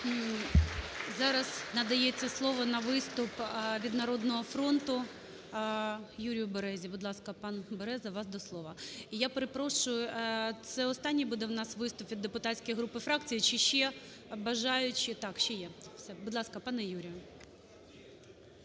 Зараз надається слово на виступ від "Народний фронт" Юрію Березі. Будь ласка, пан Береза, вас до слова. І я перепрошую. Це останній буде у нас виступ від депутатських груп і фракцій чи ще бажаючі? Так, ще є. Все. Будь ласка, пане Юрію.